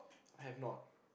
I have not